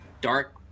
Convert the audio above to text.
dark